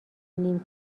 نیم